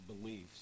beliefs